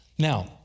Now